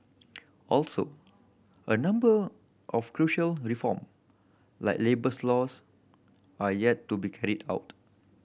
also a number of crucial reform like labours laws are yet to be carried out